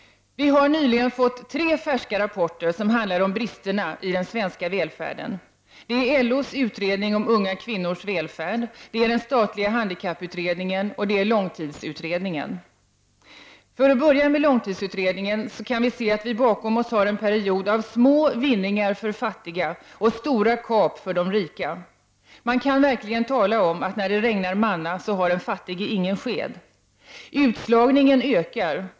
Vi nar nyligen fått tre färska rapporter som handlar om bristerna i den svenska välfärden. Det är LO:s utredning om unga kvinnors välfärd, den statliga handikapputredningen och långtidsutredningen. För att börja med att diskutera långtidsutredningen så kan vi se att vi bakom oss har en period av små vinningar för fattiga och stora kap för de rika. Man kan verkligen tala om att när det regnar manna så har den fattige ingen sked. Utslagningen ökar.